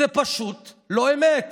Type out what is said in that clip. זו פשוט לא אמת.